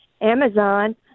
Amazon